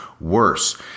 worse